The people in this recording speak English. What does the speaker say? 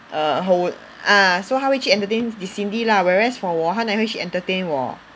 err ho~ ah so 他会去 entertain Cin~ Cindy lah whereas for 我他哪里会去 entertain 我